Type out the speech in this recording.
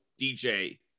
DJ